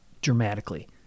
dramatically